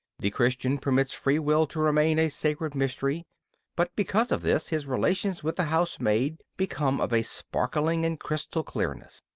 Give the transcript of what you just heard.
the christian permits free will to remain a sacred mystery but because of this his relations with the housemaid become of a sparkling and crystal clearness.